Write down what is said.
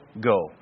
go